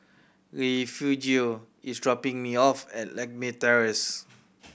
Refugio is dropping me off at Lakme Terrace